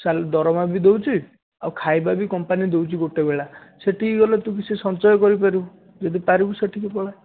ଦରମା ବି ଦେଉଛି ଆଉ ଖାଇବା ବି କମ୍ପାନି ଦେଉଛି ଗୋଟେ ବେଳା ସେଠିକି ଗଲେ ତୁ କିଛି ସଞ୍ଚୟ କରିପାରିବୁ ଯଦି ପାରିବୁ ସେଠିକି ପଳାଅ